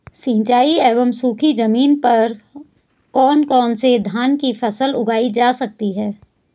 सिंचाई एवं सूखी जमीन पर कौन कौन से धान की फसल उगाई जा सकती है?